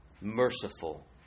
merciful